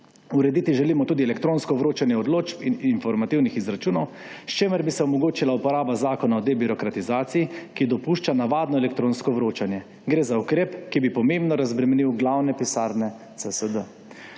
Urediti želimo tudi elektronsko vročanje odločb in informativnih izračunov, s čimer bi se omogočila uporaba Zakona o debirokratizaciji, ki dopušča navadno elektronsko vročanje. Gre za ukrep, ki bi pomembno razbremenil glavne pisarne CSD.